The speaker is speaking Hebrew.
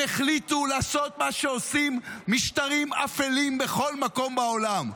הם החליטו לעשות מה שעושים משטרים אפלים בכל מקום בעולם.